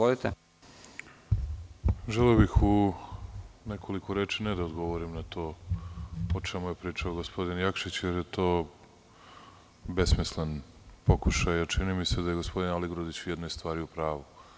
Želeo bih u nekoliko reči, ne da odgovorim na to o čemu je pričao gospodin Jakšić, jer je to besmislen pokušaj, ali čini mi se da je gospodin Aligrudić u jednoj stvari u pravu.